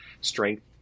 strength